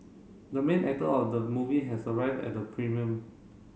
the main actor of the movie has arrived at the premium